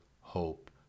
hope